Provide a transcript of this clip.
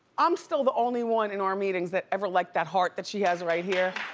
i'm still the only one in our meetings that ever liked that heart that she has right here.